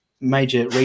major